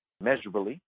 measurably